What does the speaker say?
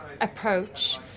approach